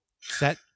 set